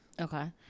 okay